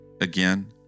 again